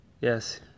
yes